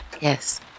Yes